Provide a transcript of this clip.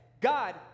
God